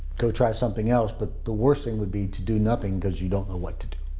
go try something else. but the worst thing would be to do nothing cause you don't know what to do.